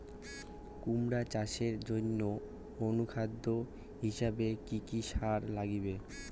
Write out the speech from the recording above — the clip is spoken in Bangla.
কুমড়া চাষের জইন্যে অনুখাদ্য হিসাবে কি কি সার লাগিবে?